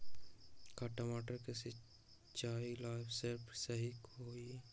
का टमाटर के सिचाई ला सप्रे सही होई?